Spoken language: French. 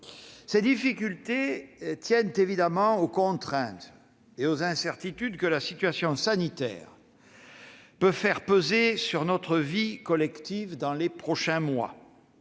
Ces difficultés tiennent évidemment aux contraintes et aux incertitudes que la situation sanitaire peut faire peser sur notre vie collective dans les prochains mois.